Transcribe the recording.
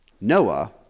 Noah